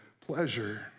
pleasure